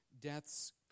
death's